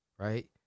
Right